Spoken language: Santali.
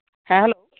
ᱦᱮᱸ ᱦᱮᱞᱳ